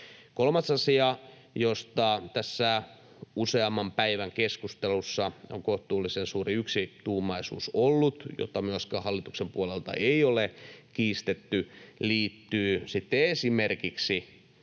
Kolmas asia, josta tässä useamman päivän keskustelussa on kohtuullisen suuri yksituumaisuus ollut ja jota myöskään hallituksen puolelta ei ole kiistetty, liittyy sitten esimerkiksi